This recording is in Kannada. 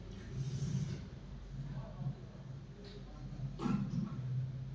ಡಿಜಿಟಲ್ ಹಣದ ಪ್ರಕಾರ ಉದಾಹರಣಿ ಅಂದ್ರ cryptocurrency, central bank digital currency ಮತ್ತ ಸ್ಟೇಬಲ್ಕಾಯಿನ್ಗಳ